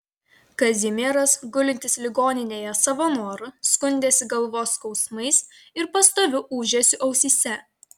kazimieras gulintis ligoninėje savo noru skundėsi galvos skausmais ir pastoviu ūžesiu ausyse